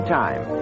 time